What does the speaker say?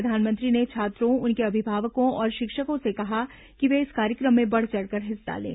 प्रधानमंत्री ने छात्रों उनके अभिभावकों और शिक्षकों से कहा कि वे इस कार्यक्रम में बढ़ चढ़कर हिस्सा लें